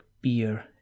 beer